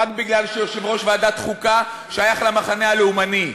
רק כי יושב-ראש ועדת החוקה שייך למחנה הלאומני,